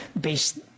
based